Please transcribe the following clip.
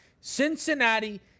Cincinnati